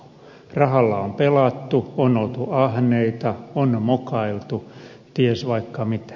rahalla on pelattu on oltu ahneita on mokailtu ties vaikka mitä